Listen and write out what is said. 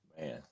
Man